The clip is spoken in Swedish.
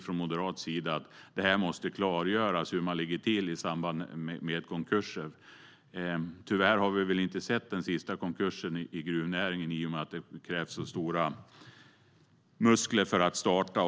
Från moderat sida tycker vi att det måste klargöras hur man ligger till i samband med konkurser. Tyvärr har vi väl inte sett den sista konkursen i gruvnäringen, i och med att det krävs stora muskler för att starta.